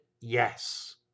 yes